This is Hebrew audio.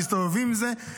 מסתובבים עם זה.